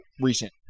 recent